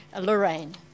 Lorraine